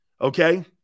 Okay